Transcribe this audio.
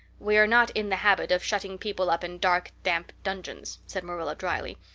we're not in the habit of shutting people up in dark damp dungeons, said marilla drily,